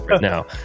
now